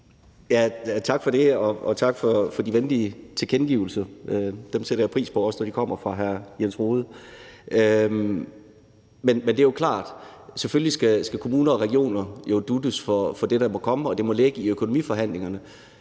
Tak for det. Og tak for de venlige tilkendegivelser. Dem sætter jeg pris på, også når de kommer fra hr. Jens Rohde. Men det er jo klart, at kommuner og regioner skal dut'es for det, der må komme, og det må ligge i økonomiforhandlingerne.